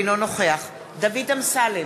אינו נוכח דוד אמסלם,